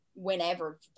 whenever